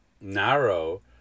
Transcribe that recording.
narrow